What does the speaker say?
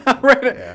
Right